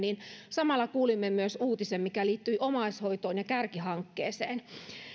samalla kuulimme myös uutisen mikä liittyi omaishoitoon ja kärkihankkeeseen